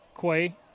Quay